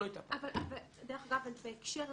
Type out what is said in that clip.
דרך אגב בהקשר הזה,